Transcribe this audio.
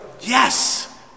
Yes